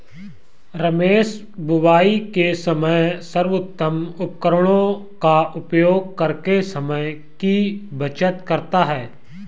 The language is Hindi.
रमेश बुवाई के समय सर्वोत्तम उपकरणों का उपयोग करके समय की बचत करता है